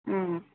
ಹ್ಞೂ